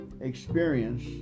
experience